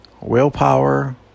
willpower